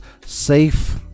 safe